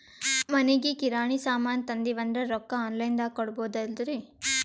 ಮನಿಗಿ ಕಿರಾಣಿ ಸಾಮಾನ ತಂದಿವಂದ್ರ ರೊಕ್ಕ ಆನ್ ಲೈನ್ ದಾಗ ಕೊಡ್ಬೋದಲ್ರಿ?